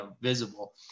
visible